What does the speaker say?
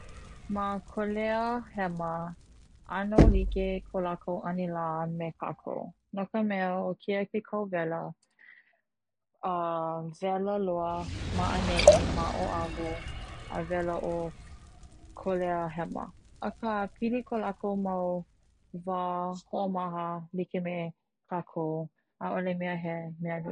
Ma kolea hema ʻano like ko lākou ʻanila me kākou no ka mea keia ke kauwela a wela loa maʻaneʻi ma oʻahu a wela o kolea hema aka pili ko lākou mau hoʻomaha like me kākou a ʻaʻole ia he mea nui.